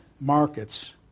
markets